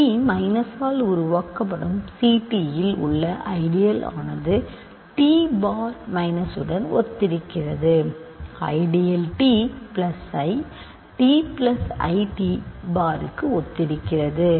t மைனஸால் உருவாக்கப்படும் Ct இல் உள்ள ஐடியல் ஆனது t பார் மைனஸுடன் ஒத்திருக்கிறது ideal t plus i t plus i t பார்க்கு ஒத்திருக்கிறது